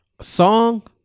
Song